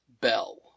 bell